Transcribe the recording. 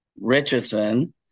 Richardson